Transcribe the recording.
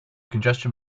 congestion